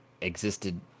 existed